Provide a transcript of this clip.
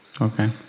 Okay